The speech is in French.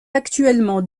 actuellement